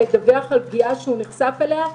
לדווח על פגיעה שהוא נחשף אליה,